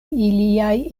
iliaj